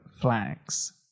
flags